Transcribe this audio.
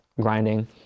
grinding